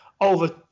over